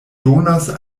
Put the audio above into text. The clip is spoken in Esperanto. donas